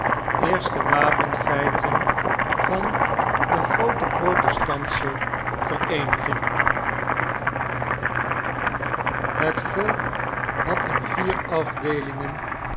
eerste wapenfeiten van de groote protestantsche vereeniging het volk had in vier afdeelingen